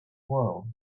world